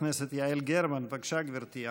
חברת הכנסת יעל גרמן, בבקשה, גברתי.